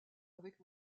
avec